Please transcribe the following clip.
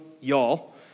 y'all